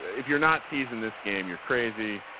if you're not teasing this game, you're crazy.